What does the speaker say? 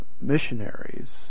missionaries